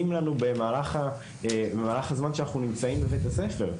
לנו במהלך הזמן בו אנחנו נמצאים בבית הספר.